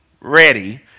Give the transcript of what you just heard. ready